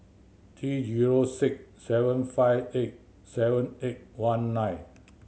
three zero six seven five eight seven eight one nine